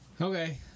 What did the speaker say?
Okay